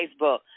Facebook